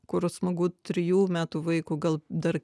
kur smagu trijų metų vaiko gal dar